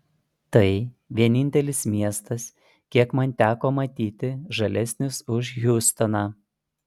tai vienintelis miestas kiek man teko matyti žalesnis už hjustoną